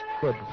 good